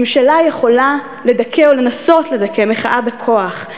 ממשלה יכולה לדכא או לנסות לדכא מחאה בכוח,